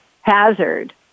hazard